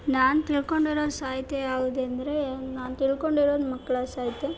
ನಾನು ತಿಳ್ಕೊಂಡಿರೊ ಸಾಹಿತ್ಯ ಯಾವುದೆಂದ್ರೆ ನಾನು ತಿಳ್ಕೊಂಡಿರೋದು ಮಕ್ಕಳ ಸಾಹಿತ್ಯ